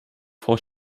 frau